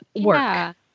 work